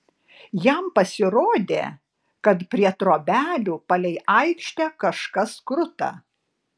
jam pasirodė kad prie trobelių palei aikštę kažkas kruta